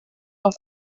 auf